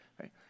right